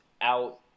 out